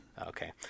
Okay